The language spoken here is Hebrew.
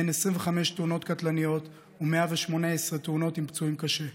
ומהן 25 תאונות קטלניות ו-118 תאונות עם פצועים קשה.